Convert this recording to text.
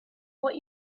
what